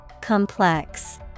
Complex